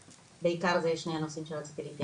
בעיקר זה שני הנושאים שרציתי להתייחס.